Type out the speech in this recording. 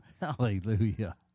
Hallelujah